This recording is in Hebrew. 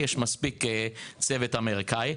ויש מספיק צוות אמריקאי,